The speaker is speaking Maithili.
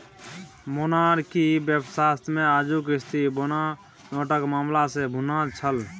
मोनार्की व्यवस्थामे आजुक स्थिति बैंकनोटक मामला सँ भिन्न छल